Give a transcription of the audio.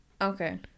okay